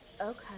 Okay